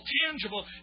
tangible